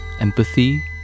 empathy